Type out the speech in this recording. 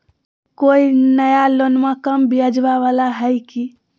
कोइ नया लोनमा कम ब्याजवा वाला हय की?